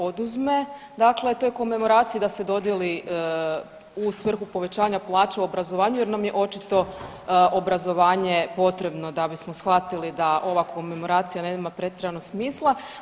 oduzme, dakle to je komemoracija da se dodijeli u svrhu povećanja plaća u obrazovanju jer nam je očito obrazovanje potrebno da bismo shvatili da ova komemoracija nema pretjeranog smisla.